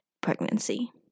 pregnancy